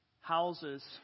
houses